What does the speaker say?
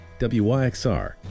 WYXR